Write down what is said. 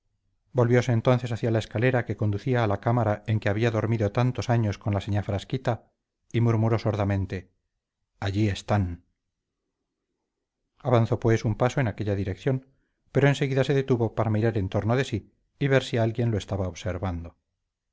volvióse entonces hacia la escalera que conducía a la cámara en que había dormido tantos años con la señá frasquita y murmuró sordamente allí están avanzó pues un paso en aquella dirección pero en seguida se detuvo para mirar en torno de sí y ver si alguien lo estaba observando